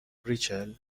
ریچل